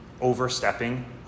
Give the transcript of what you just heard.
overstepping